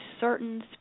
certain